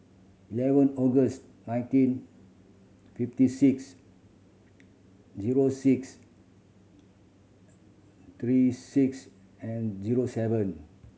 eleven August nineteen fifty six zero six three six and zero seven